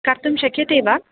कर्तुं शक्यते वा